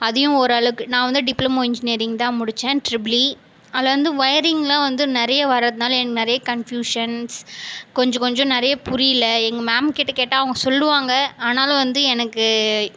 அதையும் ஓரளவுக்கு நான் வந்து டிப்ளமோ இன்ஜினீரிங் தான் முடித்தேன் ட்ரிபிள் இ அதில் வந்து வயரிங்லாம் வந்து நிறைய வரதுனால நிறைய கன்ப்யூஷன்ஸ் கொஞ்சம் கொஞ்சம் நிறைய புரியலை எங்கள் மேம் கிட்ட கேட்டால் அவங்க சொல்லுவாங்க ஆனாலும் வந்து எனக்கு